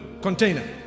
container